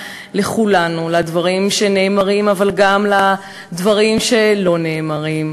לכולנו, לדברים שנאמרים אבל גם לדברים שלא נאמרים.